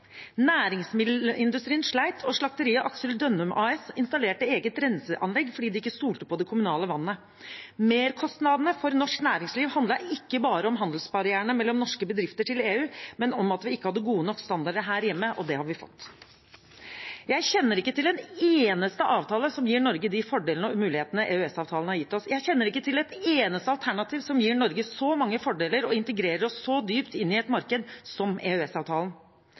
Næringsmiddelindustrien slet, og slakteriet Axel Dønnum AS installerte eget renseanlegg fordi de ikke stolte på det kommunale vannet. Merkostnadene for norsk næringsliv handlet ikke bare om handelsbarrierene mellom norske bedrifter til EU, men om at vi ikke hadde gode nok standarder her hjemme, og det har vi fått. Jeg kjenner ikke til en eneste avtale som gir Norge de fordelene og mulighetene EØS-avtalen har gitt oss. Jeg kjenner ikke til et eneste alternativ som gir Norge så mange fordeler og integrerer oss så dypt inn i et marked som